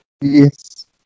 Yes